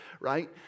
right